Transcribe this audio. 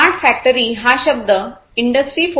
smart factory हा शब्द industry 4